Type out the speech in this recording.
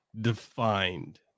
defined